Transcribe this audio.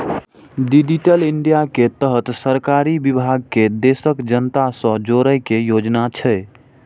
digital India के तहत सरकारी विभाग कें देशक जनता सं जोड़ै के योजना छै